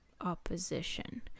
opposition